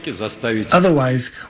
Otherwise